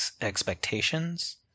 expectations